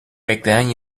bekleyen